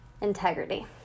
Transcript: integrity